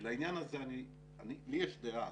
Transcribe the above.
לי יש דעה,